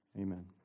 amen